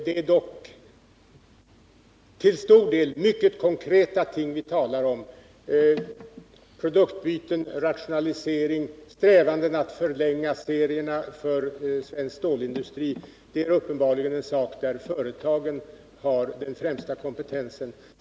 Det är dock till stor del mycket konkreta ting det handlar om: produktbyten, rationaliseringar, strävanden att förlänga serierna inom svensk stålindustri. Det är uppenbarligen områden där företagen har den främsta kompetensen.